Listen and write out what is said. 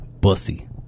Bussy